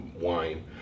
wine